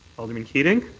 alderman keating?